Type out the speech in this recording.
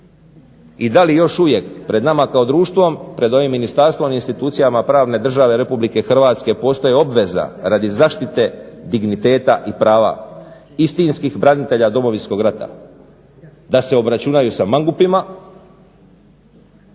i da li još uvijek pred nama kao društvom, pred ovim ministarstvom i institucijama pravne države RH postoji obveza radi zaštite digniteta i prava istinskih branitelja Domovinskog rata da se obračunaju sa mangupima